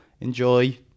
enjoy